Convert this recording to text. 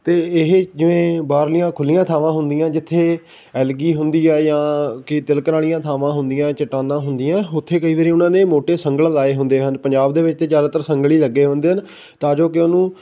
ਅਤੇ ਇਹ ਜਿਵੇਂ ਬਾਹਰਲੀਆਂ ਖੁੱਲ੍ਹੀਆਂ ਥਾਵਾਂ ਹੁੰਦੀਆਂ ਜਿੱਥੇ ਐਲਗੀ ਹੁੰਦੀ ਆ ਜਾਂ ਕਿ ਤਿਲਕਣ ਵਾਲੀਆਂ ਥਾਵਾਂ ਹੁੰਦੀਆਂ ਚੱਟਾਨਾਂ ਹੁੰਦੀਆਂ ਉੱਥੇ ਕਈ ਵਾਰੀ ਉਹਨਾਂ ਨੇ ਮੋਟੇ ਸੰਗਲ ਲਾਏ ਹੁੰਦੇ ਹਨ ਪੰਜਾਬ ਦੇ ਵਿੱਚ ਜ਼ਿਆਦਾਤਰ ਸੰਗਲ ਹੀ ਲੱਗੇ ਹੁੰਦੇ ਹਨ ਤਾਂ ਜੋ ਕਿ ਉਹਨੂੰ